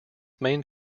main